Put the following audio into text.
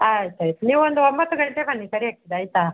ಆಯ್ತು ಆಯಿತು ನೀವೊಂದು ಒಂಬತ್ತು ಗಂಟೆಗೆ ಬನ್ನಿ ಸರಿ ಆಗ್ತದೆ ಆಯಿತಾ